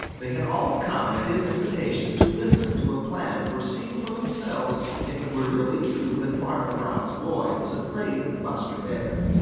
they had all come at his invitation to listen to a plan for seeing for themselves if it were really true that farmer brown's boy was afraid of buster bear.